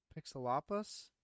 Pixelopus